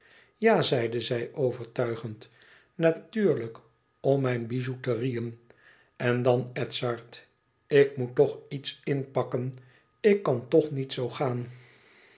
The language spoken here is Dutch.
ja zeide zij overtuigend natuurlijk om mijn byouterieën en dan edzard ik moet toch iets inpakken ik kan toch niet zoo gaan